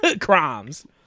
Crimes